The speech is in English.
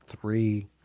three